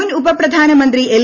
മുൻ ഉപപ്രധാനമന്ത്രി എൽ